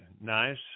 nice